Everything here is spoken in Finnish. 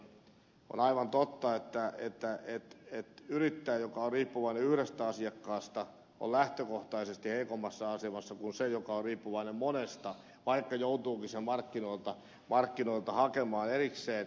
on aivan totta että yrittäjä joka on riippuvainen yhdestä asiakkaasta on lähtökohtaisesti heikommassa asemassa kuin se joka on riippuvainen monesta vaikka joutuukin sen markkinoilta hakemaan erikseen